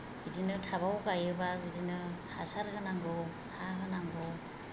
बिदिनो थाबआव गायोबा बिदिनो हासार होनांगौ हा होनांगौ